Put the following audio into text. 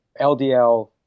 LDL